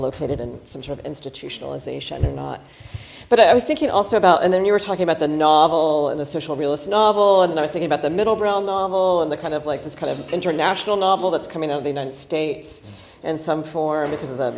located and some sort of institutionalization or not but i was thinking also about and then you were talking about the novel and a social realist novel and i was thinking about the middle brown novel and they're kind of like this kind of international novel that's coming out of the united states and some for because of the